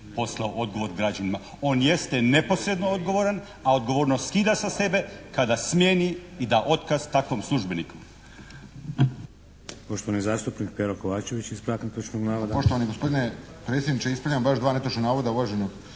poslao odgovor građanima. On jeste neposredno odgovoran, a odgovornost skida sa sebe kada smijeni i da otkaz takvom službeniku.